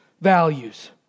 values